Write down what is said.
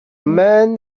man